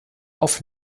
auf